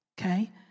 okay